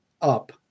up